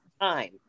time